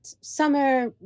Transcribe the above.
summer